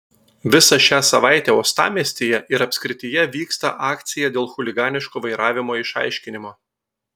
visą šią savaitę uostamiestyje ir apskrityje vyksta akcija dėl chuliganiško vairavimo išaiškinimo